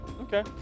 Okay